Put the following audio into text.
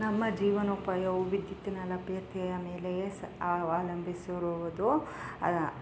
ನಮ್ಮ ಜೀವನೋಪಾಯವು ವಿದ್ಯುತ್ತಿನ ಲಭ್ಯತೆಯ ಮೇಲೆಯೇ ಸಹ ಅವಲಂಬಿಸಿರುವುದು ಅದು